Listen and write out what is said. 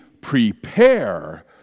prepare